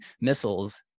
missiles